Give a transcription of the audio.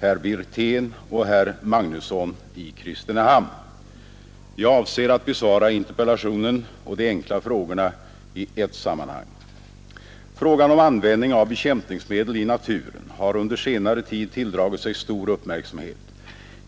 herr Wirtén och herr Magnusson i Kristinehamn. Jag avser att besvara interpellationen och de enkla frågorna i ett sammanhang. Frågan om användning av bekämpningsmedel i naturen har under senare tid tilldragit sig stor uppmärksamhet.